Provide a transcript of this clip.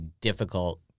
difficult